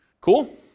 Cool